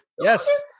yes